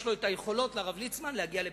יש לו את היכולות, לרב ליצמן, להגיע לפתרון.